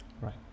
Right